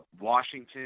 Washington